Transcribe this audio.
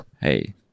Hey